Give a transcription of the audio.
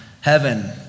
heaven